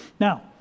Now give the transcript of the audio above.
Now